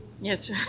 Yes